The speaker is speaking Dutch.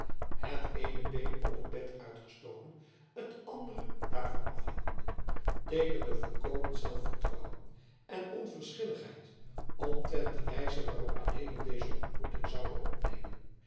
het eene been op het bed uitgestoken en het andere daarvan afhangende teekende volkomen zelfvertrouwen en onverschilligheid omtrent de wijze waarop adeelen deze ontmoeting zoude opnemen